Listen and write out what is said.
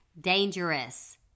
dangerous